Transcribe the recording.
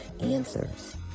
answers